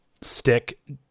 stick